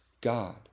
God